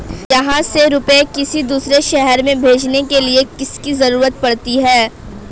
यहाँ से रुपये किसी दूसरे शहर में भेजने के लिए किसकी जरूरत पड़ती है?